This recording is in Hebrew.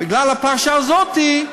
בגלל הפרשה הזאת,